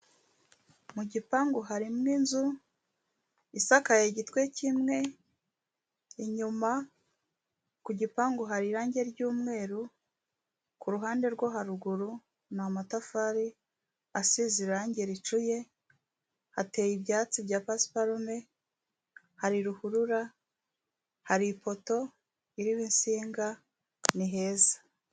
Mu gipangu harimo inzu isakaye igitwe kimwe, inyuma ku gipangu hari irangi ry'umweru, ku ruhande rwo haruguru ni amatafari asize irangi ricuye, hateye ibyatsi bya pasiparume, hari ruhurura, hari ipoto iriho insinga, ni heza.